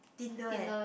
tinder eh